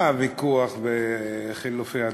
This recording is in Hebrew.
הוויכוח וחילופי הדברים?